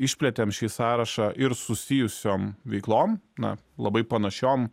išplėtėm šį sąrašą ir susijusiom veiklom na labai panašiom